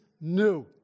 new